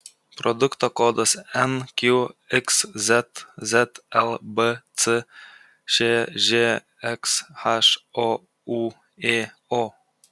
produkto kodas nqxz zlbc šžxh oūėo